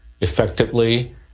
effectively